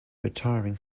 retiring